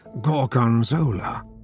gorgonzola